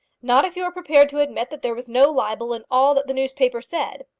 not if you are prepared to admit that there was no libel in all that the newspaper said.